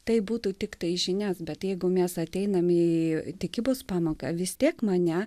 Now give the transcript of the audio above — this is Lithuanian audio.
tai būtų tiktai žinias bet jeigu mes ateiname į tikybos pamoką vis tiek mane